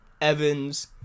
Evans